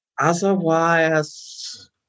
Otherwise